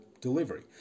delivery